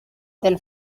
del